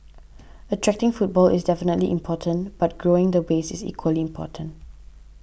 attracting footfall is definitely important but growing the base is equally important